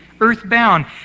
earthbound